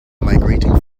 migrating